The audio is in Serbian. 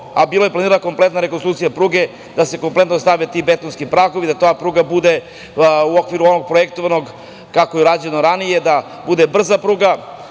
a bila je planirana kompletna rekonstrukcija pruge, da se kompletno stave ti betonski pragovi, ta pruga bude u okviru onog projektovanog kako je urađeno ranije, da bude brza